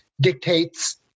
dictates